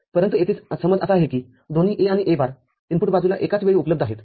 परंतु येथे समज असा आहे की दोन्ही A आणि A बार इनपुट बाजूला एकाच वेळी उपलब्ध आहेत